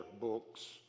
books